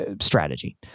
strategy